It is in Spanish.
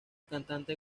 cantante